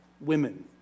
women